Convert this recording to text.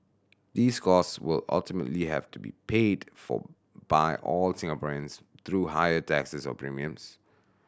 these cost will ultimately have to be paid for by all Singaporeans through higher taxes or premiums